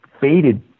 faded